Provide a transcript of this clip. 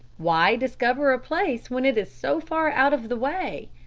why discover a place when it is so far out of the way?